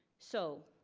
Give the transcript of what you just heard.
so,